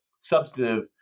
substantive